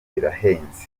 birahenze